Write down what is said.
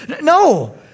No